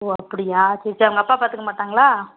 ஓ அப்படியா சரி சரி அவங்க அப்பா பார்த்துக்க மாட்டாங்களா